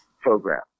program